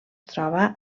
troba